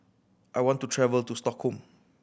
I want to travel to Stockholm